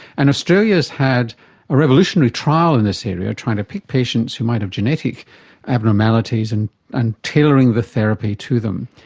and australia has had a revolutionary trial in this area trying to pick patients who might have genetic abnormalities and and tailoring the therapy to them.